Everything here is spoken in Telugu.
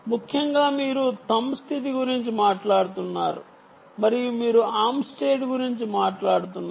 ముఖ్యంగా మీరు thumb స్థితి గురించి మాట్లాడుతున్నారు మరియు మీరు ఆర్మ్ స్టేట్ గురించి మాట్లాడుతున్నారు